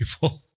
People